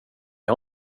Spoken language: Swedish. har